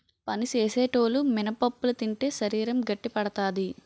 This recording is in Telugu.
పని సేసేటోలు మినపప్పులు తింటే శరీరం గట్టిపడతాది